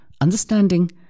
understanding